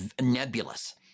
nebulous